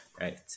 right